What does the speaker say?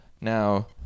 Now